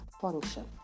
function